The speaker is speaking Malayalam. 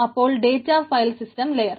അപ്പോൾ ഡേറ്റാ ഫയൽ സിസ്റ്റം ലെയർ